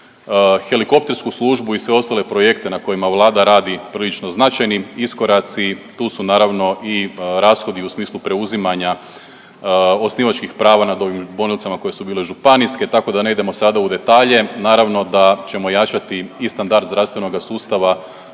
helikoptersku službu i sve ostale projekte na kojima Vlada radi prilično značajni iskoraci, tu su naravno i rashodi u smislu preuzimanja osnivačkih prava nad bolnicama koje su bile županijske tako da ne idemo sada u detalje. Naravno da ćemo jačati i standard zdravstvenoga sustava